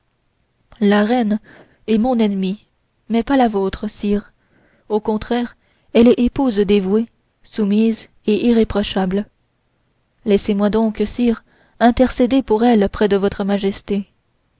la reine est mon ennemie mais n'est pas la vôtre sire au contraire elle est épouse dévouée soumise et irréprochable laissez-moi donc sire intercéder pour elle près de votre majesté